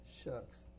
Shucks